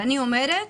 אני אומרת,